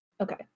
Okay